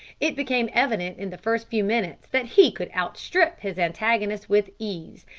it became evident in the first few minutes that he could outstrip his antagonist with ease,